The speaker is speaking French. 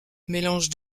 mélange